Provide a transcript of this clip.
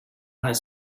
high